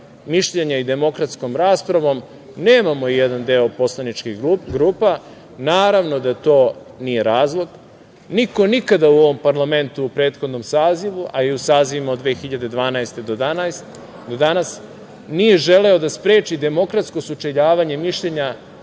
mišljenja i demokratskom raspravom. Nemamo jedan deo poslaničkih grupa, naravno da to nije razlog, niko nikada u ovom parlamentu u prethodnom sazivu, a i u sazivima od 2012. godine do danas nije želeo da spreči demokratskoj sučeljavanje i mišljenja,